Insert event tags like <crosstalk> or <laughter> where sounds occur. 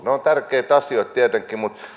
<unintelligible> ne ovat tärkeitä asioita tietenkin mutta jos